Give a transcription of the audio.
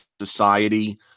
society